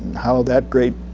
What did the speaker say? how that great